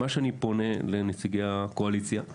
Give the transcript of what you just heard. מה שאני פונה לנציג הקואליציה,